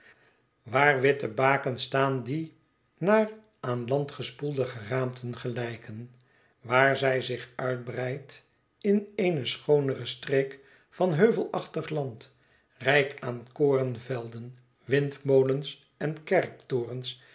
waar witte bakens staan die naar aan land gespoelde geraamten gelijken waar zij zich uitbreidt in eene schoonere streek van heuvelachtig land rijk aan koornvelden windmolens en kerktorens